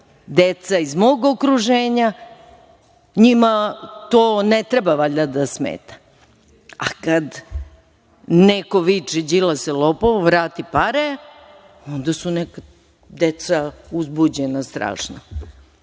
deca iz mog okruženja. Njima to ne treba valjda da smeta. A kad neko viče - Đilase lopove vrati pare - onda su deca strašno